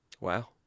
wow